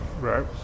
Right